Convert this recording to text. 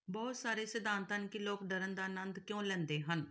ਬਹੁਤ ਸਾਰੇ ਸਿਧਾਂਤ ਹਨ ਕਿ ਲੋਕ ਡਰਨ ਦਾ ਆਨੰਦ ਕਿਉਂ ਲੈਂਦੇ ਹਨ